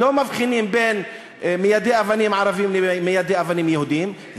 לא מבחינים בין מיידי אבנים ערבים למיידי אבנים יהודים,